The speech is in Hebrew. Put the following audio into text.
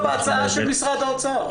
בהצעה של משרד האוצר?